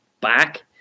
back